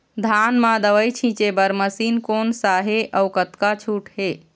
धान म दवई छींचे बर मशीन कोन सा हे अउ कतका छूट हे?